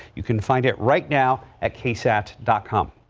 you can find it right now at ksat dot com.